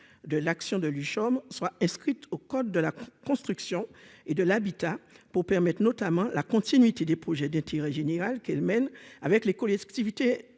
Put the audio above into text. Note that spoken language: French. de l'action de Luchon soit inscrite au Code de la construction et de l'habitat, pour permettre notamment la continuité des projets de tirer général qu'elle mène avec les collectivités